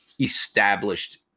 established